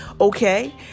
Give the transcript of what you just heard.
okay